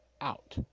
out